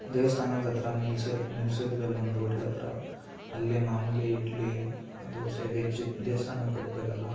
ದೇವಸ್ಥಾನದತ್ರ ನಿಲ್ಲಿಸಿ ನಿಲ್ಸಿದ್ವಿ ಅಲ್ಲೊಂದು ಹೋಟ್ಲತ್ರ ಅಲ್ಲಿ ಮಾಮೂಲಿ ಇಡ್ಲಿ ದೋಸೆ ವೆಜ್ಜು ದೇವಸ್ಥಾನಕ್ಕೆ ಹೋಗ್ಬೇಕಲ್ಲ